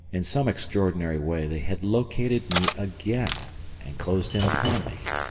in some extraordinary way they had located me again and closed in upon me.